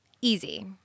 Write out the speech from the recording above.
easy